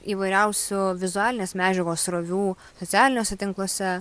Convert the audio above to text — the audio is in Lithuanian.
įvairiausių vizualinės medžiagos srovių socialiniuose tinkluose